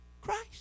Christ